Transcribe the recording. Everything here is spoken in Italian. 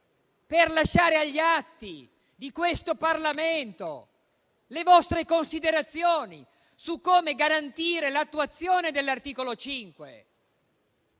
per lasciare agli atti di questo Parlamento le vostre considerazioni su come garantire l'attuazione dell'articolo 5